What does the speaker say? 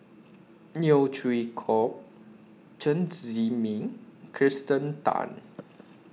Neo Chwee Kok Chen Zhiming Kirsten Tan